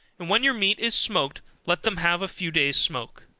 and when your meat is smoked, let them have a few days smoke.